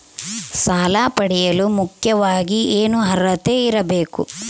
ಸಾಲ ಪಡೆಯಲು ಮುಖ್ಯವಾಗಿ ಏನು ಅರ್ಹತೆ ಇರಬೇಕು?